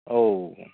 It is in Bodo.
औ